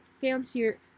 fancier